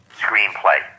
screenplay